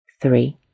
three